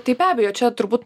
tai be abejo čia turbūt